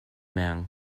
mains